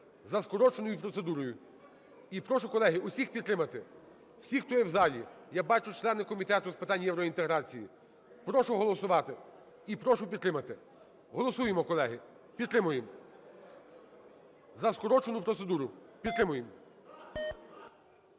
за скороченою процедурою. І прошу, колеги, усіх підтримати, всі, хто є в залі, я бачу, члени Комітету з питань євроінтеграції. Прошу голосувати і прошу підтримати. Голосуємо, колеги, підтримуємо за скорочену процедуру, підтримуємо.